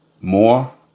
more